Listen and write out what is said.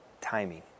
timing